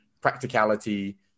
practicality